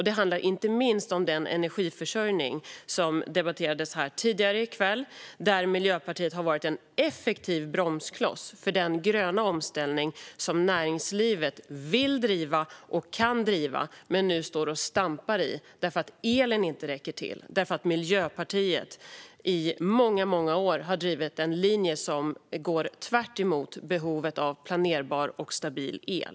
Det handlar inte minst om energiförsörjningen, som debatterades här tidigare i kväll, där Miljöpartiet har varit en effektiv bromskloss för den gröna omställning som näringslivet vill driva och kan driva men nu står och stampar i därför att elen inte räcker till därför att Miljöpartiet i många år har drivit en linje som går tvärtemot behovet av planerbar och stabil el.